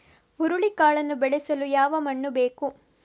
ಹುರುಳಿಕಾಳನ್ನು ಬೆಳೆಸಲು ಯಾವ ಮಣ್ಣು ಬೇಕು?